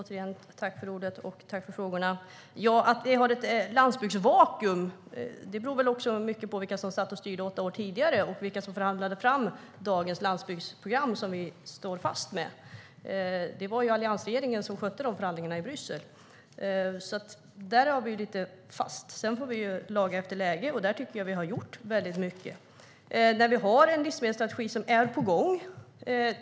Herr talman! Återigen: Tack för frågorna! Att vi har ett landsbygdsvakuum beror mycket på vilka som satt och styrde åtta år tidigare och vilka som förhandlade fram dagens landsbygdsprogram, som vi sitter fast med. Det var alliansregeringen som skötte förhandlingarna i Bryssel. Där sitter vi lite fast. Men vi får laga efter läge, och där tycker jag att vi har gjort mycket. Vi har en livsmedelsstrategi som är på gång.